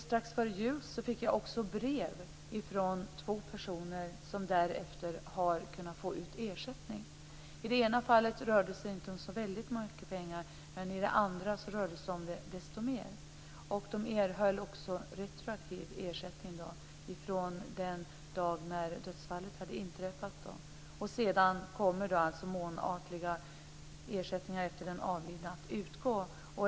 Strax före jul fick jag också brev från två personer som har kunnat få ut ersättning. I det ena fallet rörde det sig inte om så väldigt mycket pengar, men i det andra fallet rörde det sig om desto mer. De erhöll också retroaktiv ersättning från den dag då dödsfallet inträffade. Sedan kommer alltså månatliga ersättningar efter den avlidne att utgå.